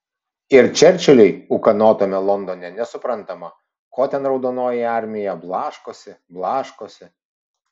ir čerčiliui ūkanotame londone nesuprantama ko ten raudonoji armija blaškosi blaškosi